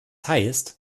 heißt